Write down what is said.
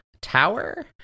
Tower